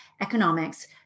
Economics